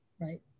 Right